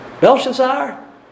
Belshazzar